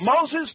Moses